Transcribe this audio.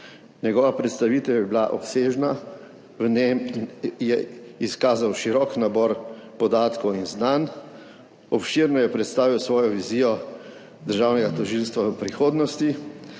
Njegova predstavitev je bila obsežna. V njem je izkazal širok nabor podatkov in znanj. Obširno je predstavil svojo vizijo državnega tožilstva v prihodnosti